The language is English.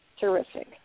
Terrific